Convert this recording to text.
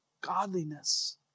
godliness